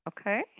Okay